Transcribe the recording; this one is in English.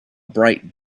bright